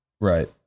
Right